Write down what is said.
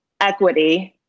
equity